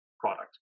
product